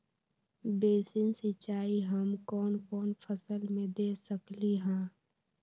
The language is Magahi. बेसिन सिंचाई हम कौन कौन फसल में दे सकली हां?